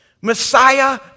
Messiah